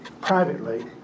privately